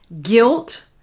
Guilt